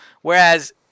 Whereas